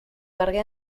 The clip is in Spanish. cargué